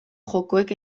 jokoek